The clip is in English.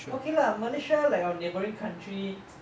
okay lah malaysia like our neighbouring country